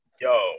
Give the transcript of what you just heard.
yo